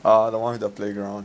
ah the one with the playground